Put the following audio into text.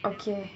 okay